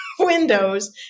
windows